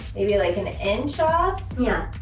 maybe like an inch off? yeah.